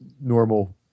normal